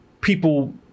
people